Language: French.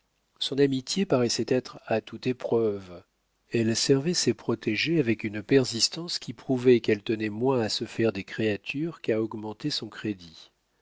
son amitié paraissait être à toute épreuve elle servait ses protégés avec une persistance qui prouvait qu'elle tenait moins à se faire des créatures qu'à augmenter son crédit